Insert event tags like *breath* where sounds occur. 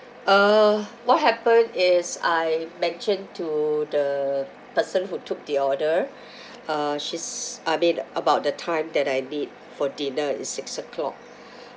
uh what happened is I mentioned to the person who took the order *breath* uh she's I mean about the time that I did for dinner is six O'clock *breath*